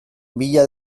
bila